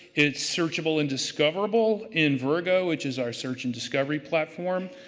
it's searchable and discoverable in virgo, which is our search and discovery platform.